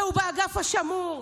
והוא באגף השמור,